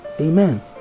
Amen